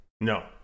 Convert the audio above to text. No